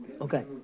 Okay